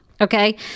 okay